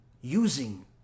using